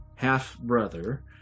half-brother